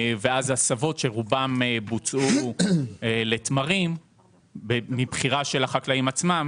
ואז הסבות שרובן בוצעו לתמרים מבחירה של החקלאים עצמם,